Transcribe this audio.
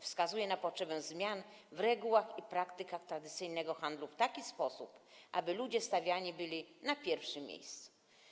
Wskazuje na potrzebę zmian w regułach i praktykach tradycyjnego handlu w taki sposób, aby ludzie stawiani byli na pierwszym miejscu.